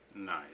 Nice